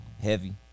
heavy